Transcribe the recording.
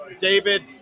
David